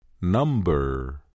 Number